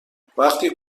وقتی